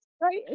Right